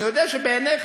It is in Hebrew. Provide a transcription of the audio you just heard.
אני יודע שבעיניך,